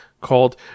called